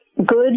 good